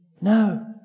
No